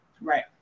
Right